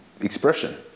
expression